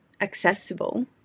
accessible